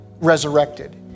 resurrected